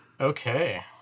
Okay